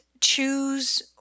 choose